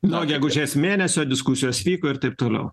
nuo gegužės mėnesio diskusijos vyko ir taip toliau